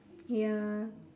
ya